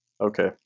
Okay